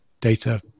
data